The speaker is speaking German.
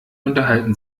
unterhalten